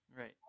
Right